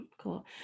cool